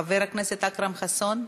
חבר הכנסת אכרם חסון,